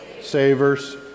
savers